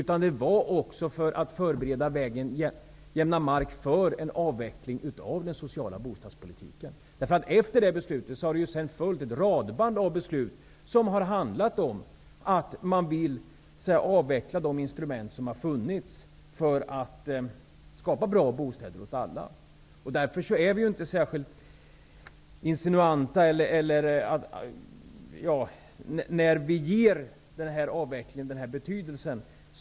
Man ville nämligen också jämna mark för en avveckling av den sociala bostadspolitiken. Efter det beslutet har det följt en rad beslut som handlar om att man vill avveckla de instrument som har funnits för att skapa bra bostäder åt alla. Vi är därför inte särskilt insinuanta när vi ger avvecklingen den här betydelsen.